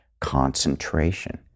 concentration